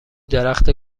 درخت